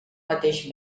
mateix